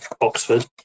Oxford